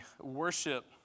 worship